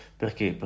perché